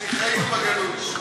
שליחנו בגלות.